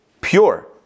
pure